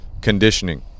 conditioning